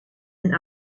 een